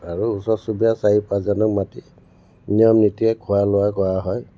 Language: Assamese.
আৰু ওচৰ চুবুৰীয়া চাৰি পাঁচজনক মাতি নিয়ম নীতিৰে খোৱা লোৱা কৰা হয়